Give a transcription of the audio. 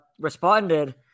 responded